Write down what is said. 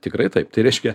tikrai taip tai reiškia